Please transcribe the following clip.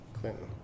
Clinton